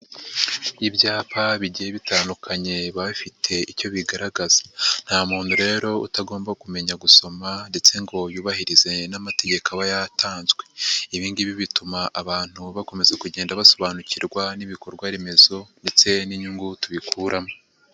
Ibyapa bigiye bitandukanye biba bifite icyo bigaragaza, nta muntu rero utagomba kumenya gusoma ndetse ngo yubahirize n'amategeko aba yatanzwe, ibi ngibi bituma abantu bakomeza kugenda basobanukirwa n'ibikorwa remezo ndetse n'inyungu tubikuramo.